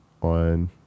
on